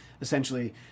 essentially